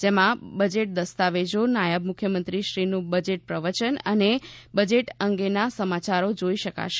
જેમાં બજેટ દસ્તાવેજો નાયબ મુખ્યમંત્રીશ્રીનું બજેટ પ્રવચન અને બજેટ અંગેના સમાયારો જોઈ શકાશે